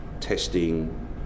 testing